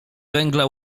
węgla